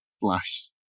Flash